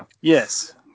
Yes